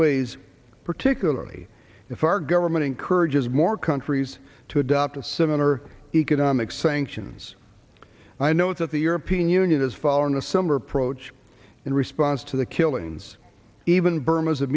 ways particularly if our government encourages more countries to adopt a similar economic sanctions i note that the european union is following a similar approach in response to the killings even bur